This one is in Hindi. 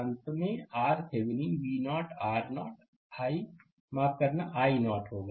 अंत में RThevenin V0 R0 I माफ करना i0 होगा